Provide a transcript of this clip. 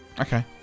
Okay